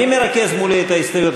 מי מרכז מולי את ההסתייגויות?